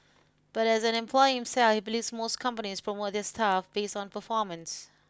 but as an employer himself he believes most companies promote their staff based on performance